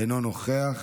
אינו נוכח,